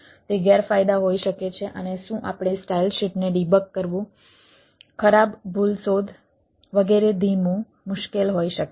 તે ગેરફાયદા હોઈ શકે છે અને શું આપણે સ્ટાઈલ શીટને ડીબગ કરવું ખરાબ ભૂલ શોધ વગેરે ધીમું મુશ્કેલ હોઈ શકે છે